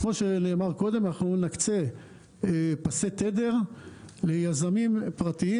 כמו שנאמר קודם אנחנו נקצה פסי תדר ליזמים פרטיים